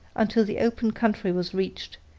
until the open country was reached,